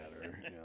matter